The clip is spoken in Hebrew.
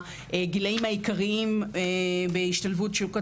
הגילאים העיקריים בהשתלבות בשוק התעסוקה.